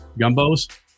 Gumbos